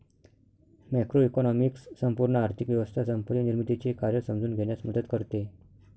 macroeconomics संपूर्ण आर्थिक व्यवस्था संपत्ती निर्मितीचे कार्य समजून घेण्यास मदत करते